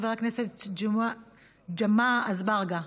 חבר הכנסת ג'מעה אזברגה,